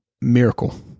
Miracle